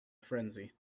frenzy